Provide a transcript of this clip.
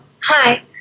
hi